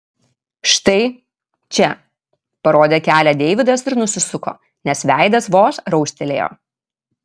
štai čia parodė kelią deividas ir nusisuko nes veidas vos raustelėjo